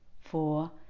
four